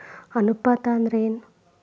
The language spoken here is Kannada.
ಅನುಪಾತ ಅಂದ್ರ ಏನ್?